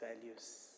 values